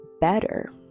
better